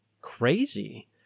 crazy